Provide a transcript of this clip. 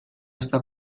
esta